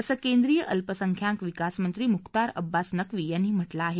असं केंद्रीय अल्पसंख्याक विकास मंत्री मुख्तार अब्बास नकवी यांनी म्हटले आहे